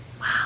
wow